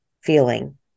feeling